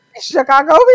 Chicago